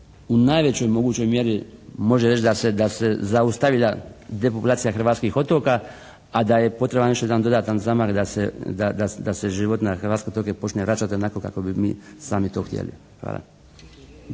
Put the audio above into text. u najvećoj mogućoj mjeri može reći da se zaustavlja depopulacija hrvatskih otoka, a da je potreban još jedan dodatan zamah da se život na hrvatske otoke počne vraćati onako kako bi to sami htjeli. Hvala.